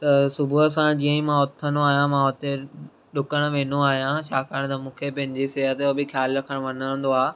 त सुबुह सां जीअं मां उथंदो आहियां मां हुते ॾुकणु वेंदो आहियां छाकाणि त मूंखे पंहिंजे सिहत जो बि ख़्यालु रखण वणंदो आहे